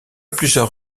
plusieurs